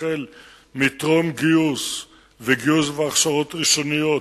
החל מטרום גיוס וגיוס והכשרות ראשוניות,